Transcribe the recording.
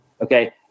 Okay